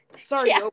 Sorry